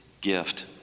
gift